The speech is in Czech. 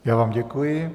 Já vám děkuji.